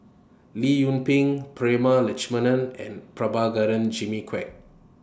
Lee Yung Ping Prema Letchumanan and Prabhakara Jimmy Quek